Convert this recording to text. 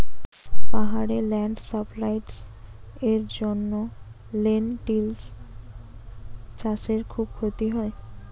পাহাড়ে ল্যান্ডস্লাইডস্ এর জন্য লেনটিল্স চাষে খুব ক্ষতি হয়